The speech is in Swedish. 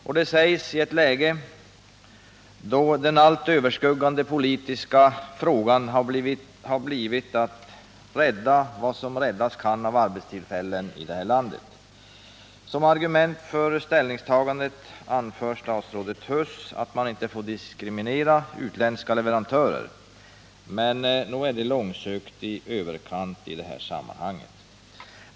Och det säger han i ett läge då den allt överskuggande politiska frågan har blivit att rädda vad som räddas kan av arbetstillfällen i det här landet. Som argument för ställningstagandet anför statsrådet Huss att man inte får diskriminera utländska leverantörer. Men nog är det långsökt i överkant i det här sammanhanget.